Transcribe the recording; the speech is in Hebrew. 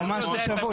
הוא ממש לא שבוי.